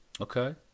Okay